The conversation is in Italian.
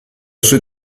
sui